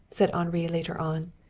said henri later on,